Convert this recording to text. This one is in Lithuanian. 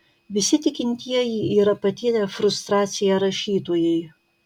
visi tikintieji yra patyrę frustraciją rašytojai